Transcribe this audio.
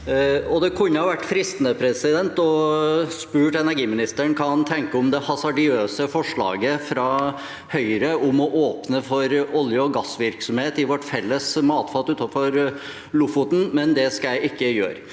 Det kunne vært fristende å spørre energiministeren hva han tenker om det hasardiøse forslaget fra Høyre om å åpne for olje- og gassvirksomhet i vårt felles matfat utenfor Lofoten, men det skal jeg ikke gjøre.